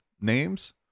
names